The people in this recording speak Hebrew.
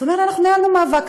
הוא אומר לי, אנחנו ניהלנו מאבק.